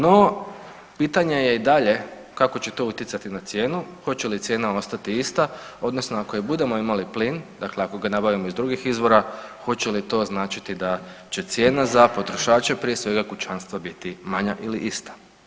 No, pitanje i dalje kako će to utjecati na cijenu, hoće li cijena ostati ista odnosno ako i budemo imali plin, dakle ako ga nabavimo iz drugih izvora hoće li to značiti da će cijena za potrošače prije svega kućanstva biti manja ili ista.